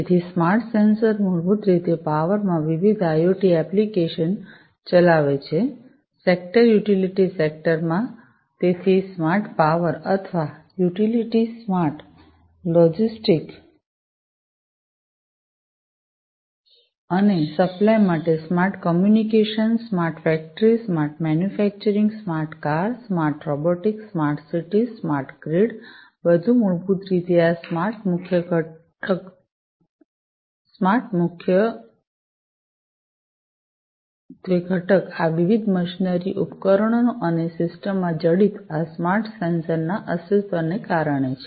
તેથી smart sensors મૂળભૂત રીતે પાવર માં વિવિધ આઇઓટી એપ્લિકેશન ચલાવે છે સેક્ટર યુટિલિટી સેક્ટર માં તેથી સ્માર્ટ પાવર અથવા યુટિલિટી સ્માર્ટ લોજિસ્ટિક્સ અને supply smart communication smart factory smart manufacturing smart car smart robotics smart cities smart grid બધું મૂળભૂત રીતે આ સ્માર્ટ ઘટક મુખ્યત્વે આ વિવિધ મશીનરી ઉપકરણો અને સિસ્ટમમાં જડિત આ સ્માર્ટ સેન્સર્સ ના અસ્તિત્વને કારણે છે